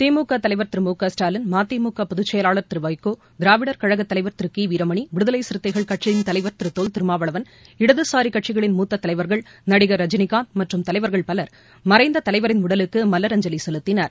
திமுகதலைவர் திரு மு க ஸ்டாவின் திருமதிமுகபொதுச்செயலாளர் திருவைகோ திராவிடர் கழகதலைவர் திருகிவீரமணி விடுதலைசிறுத்தைகள் கட்சியின் தலைவர் திருதொல் திருமாவளவன் இடதுசாரிகட்சிகளின் மூத்ததலைவர்கள் நடிகர் ரஜினிகாந்த் மற்றும் தலைவர்கள் பலர் மறைந்ததலைவரின் உடலுக்குமவரஞ்சலிசெலுத்தினர்